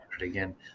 again